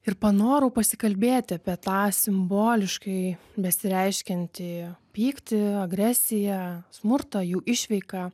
ir panorau pasikalbėti apie tą simboliškai besireiškiantį pyktį agresiją smurtą jų išveiką